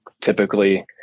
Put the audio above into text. typically